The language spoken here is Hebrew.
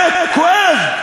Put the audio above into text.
זה כואב,